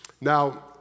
Now